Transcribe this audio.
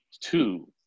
two